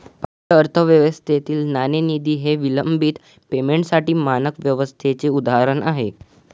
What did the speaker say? भारतीय अर्थव्यवस्थेतील नाणेनिधी हे विलंबित पेमेंटसाठी मानक व्यवस्थेचे उदाहरण आहे